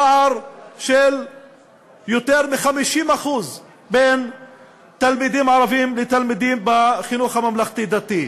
פער של יותר מ-50% בין תלמידים ערבים לתלמידים בחינוך הממלכתי-דתי.